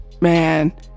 man